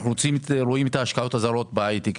אנו רואים את ההשקעות הזרות בהייטק.